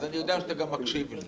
אז אני יודע שאתה גם מקשיב לי.